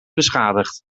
beschadigd